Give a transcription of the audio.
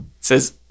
says